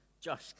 josh